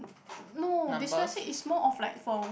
no dyslexic is more of like for